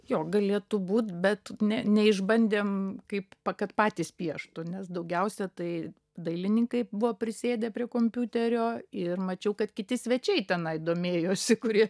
jo galėtų būt bet ne neišbandėm kaip kad patys pieštų nes daugiausia tai dailininkai buvo prisėdę prie kompiuterio ir mačiau kad kiti svečiai tenai domėjosi kurie